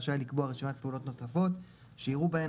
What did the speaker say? רשאי לקבוע רשימת פעולות נוספות שיראו בהן